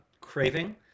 craving